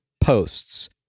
posts